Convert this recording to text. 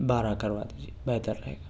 بارہ کروا دیجیے بہتر رہے گا